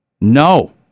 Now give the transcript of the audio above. no